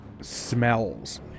smells